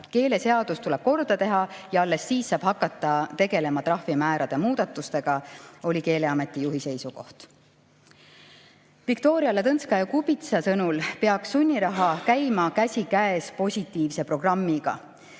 Keeleseadus tuleb korda teha ja alles siis saab hakata tegelema trahvimäärade muudatustega, oli Keeleameti juhi seisukoht. Viktoria Ladõnskaja-Kubitsa sõnul peaks sunniraha käima käsikäes positiivse programmiga.